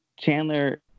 Chandler